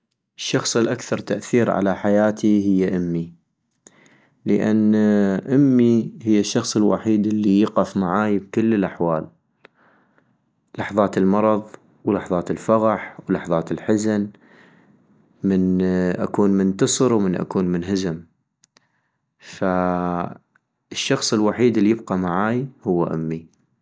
الشخص الاكثغ تأثير على حياتي هي امي - لان امي هي الشخص الوحيد الي يقف معاي بكل الأحوال ، لحظات المرض لحظات الفرح ولحظات الحزن ، من اكون منتصر ومن اكون منهزم - فالشخص الوحيد الي يبقى معاي هو امي